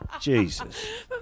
Jesus